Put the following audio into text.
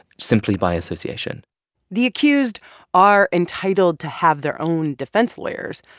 simply by association the accused are entitled to have their own defense lawyers.